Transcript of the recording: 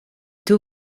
two